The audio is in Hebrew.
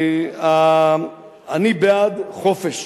אני בעד חופש.